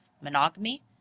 monogamy